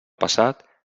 passat